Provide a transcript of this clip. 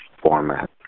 format